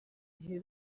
igihe